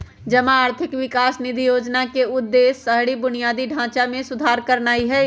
जमा आर्थिक विकास निधि जोजना के उद्देश्य शहरी बुनियादी ढचा में सुधार करनाइ हइ